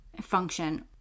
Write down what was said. function